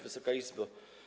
Wysoka Izbo!